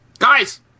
Guys